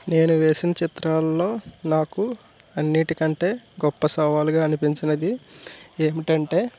నేను వేసిన చిత్రాలలో నాకు అన్నింటి కంటే గొప్ప సవాలుగా అనిపించింది ఏమిటి అంటే